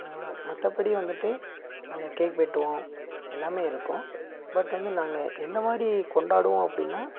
மற்றபடி வந்துட்டு நாங்கள் கேக் வெட்டுவோம் எல்லாமே இருக்கும் பட் வந்து நாங்கள் எந்த மாதிரி கொண்டாடுவோம் அப்படின்னா